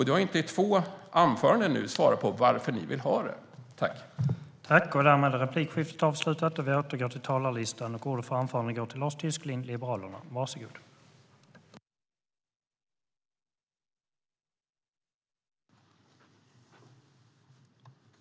Du har i två inlägg nu underlåtit att svara på varför ni vill det, Johan Hultberg.